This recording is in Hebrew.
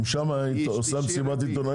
היא מכנסת שם מסיבת עיתונאים?